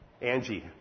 Angie